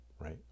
right